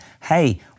hey